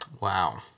Wow